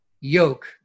yoke